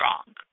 strong